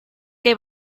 que